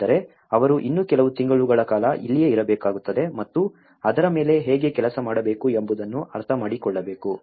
ಆದರೆ ಅವರು ಇನ್ನೂ ಕೆಲವು ತಿಂಗಳುಗಳ ಕಾಲ ಇಲ್ಲಿಯೇ ಇರಬೇಕಾಗುತ್ತದೆ ಮತ್ತು ಅದರ ಮೇಲೆ ಹೇಗೆ ಕೆಲಸ ಮಾಡಬೇಕು ಎಂಬುದನ್ನು ಅರ್ಥಮಾಡಿಕೊಳ್ಳಬೇಕು